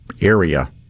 area